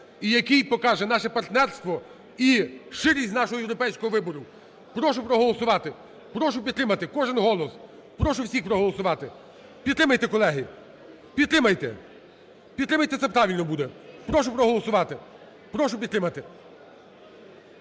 і який покаже наше партнерство, і щирість нашого європейського вибору. Прошу проголосувати. Прошу підтримати. Кожен голос. Прошу всіх проголосувати. Підтримайте, колеги. Підтримайте. Підтримайте, і це правильно буде. Прошу проголосувати. Прошу підтримати.